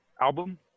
album